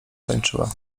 tańczyła